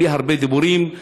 בלי הרבה דיבורים,